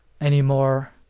anymore